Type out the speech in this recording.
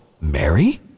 Mary